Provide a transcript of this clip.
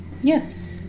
Yes